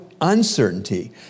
uncertainty